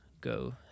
go